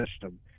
system